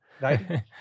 right